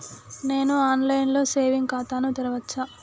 నేను online లో saving ఖాతా ను తెరవచ్చా?